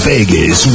Vegas